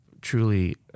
truly